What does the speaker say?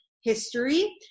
history